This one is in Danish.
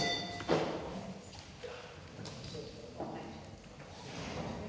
Tak